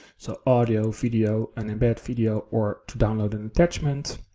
so audio video, an embed video, or to download an attachment.